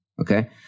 Okay